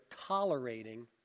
tolerating